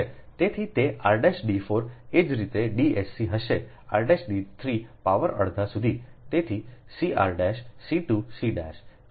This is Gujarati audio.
તેથી તે r'd 4 એ જ રીતે d s c હશે r'd 3 પાવર અડધા સુધીતેથી c r' c 2 c'